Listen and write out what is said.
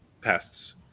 pests